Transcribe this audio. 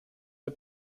der